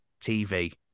TV